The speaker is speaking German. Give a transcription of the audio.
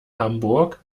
hamburg